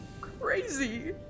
crazy